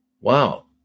Wow